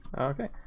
Okay